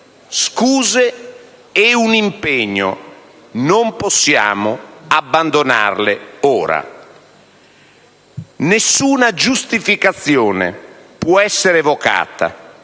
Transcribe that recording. scuse e un impegno: non possiamo abbandonarle ora. Nessuna giustificazione può essere evocata,